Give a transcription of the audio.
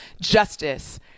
justice